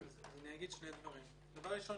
דבר ראשון,